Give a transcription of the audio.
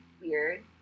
weird